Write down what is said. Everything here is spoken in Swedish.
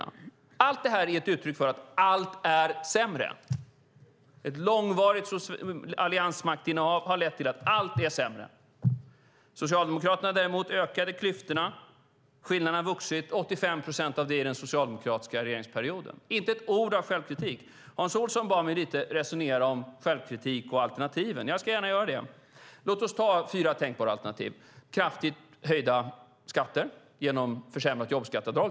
Allt det skulle alltså vara ett uttryck för att allt är sämre, att ett långvarigt alliansmaktinnehav lett till att allt är sämre. Socialdemokraterna, däremot, ökade klyftorna. Skillnaderna växte - 85 procent av detta under den socialdemokratiska regeringsperioden. Inte ett ord av självkritik sägs. Hans Olsson bad mig resonera kring självkritik och alternativ. Jag gör gärna det. Låt oss ta fyra tänkbara alternativ. Ett är kraftigt höjda skatter genom försämrat jobbskatteavdrag.